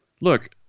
Look